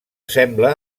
sembla